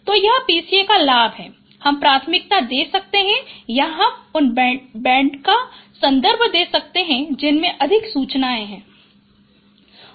तो यह PCA का लाभ है हम प्राथमिकता दे सकते हैं या हम उन बैंडों का संदर्भ दे सकते हैं जिनमें अधिक सूचनाएँ हैं